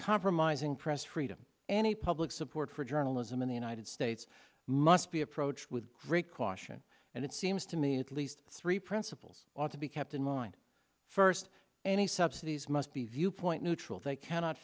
compromising press freedom any public support for journalism in the united states must be approached with great caution and it seems to me at least three principles ought to be kept in mind first any subsidies must be viewpoint neutral they cannot